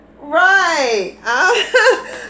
right